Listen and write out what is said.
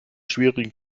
schwierigen